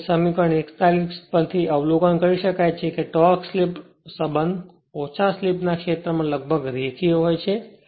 તેથી સમીકરણ 41 પરથી અવલોકન કરી શકાય છે કે ટોર્ક સ્લિપ સંબંધ ઓછા સ્લિપના ક્ષેત્રમાં લગભગ રેખીય હોય છે